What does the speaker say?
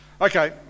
Okay